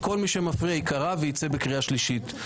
כל מי שמפריע ייקרא ויצא בקריאה שלישית.